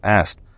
asked